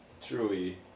truly